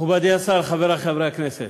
מכובדי השר, חברי חברי הכנסת,